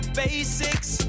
basics